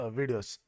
videos